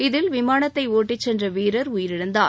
இதில் விமானத்தை ஒட்டிச் சென்ற வீரர் உயிரிழந்தார்